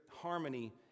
harmony